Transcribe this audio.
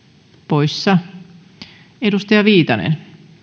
poissa edustaja viitanen olkaa